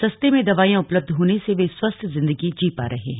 सस्ते में दवाइयां उपलब्ध होने से वे स्वस्थ जिन्दगी जी पा रहे हैं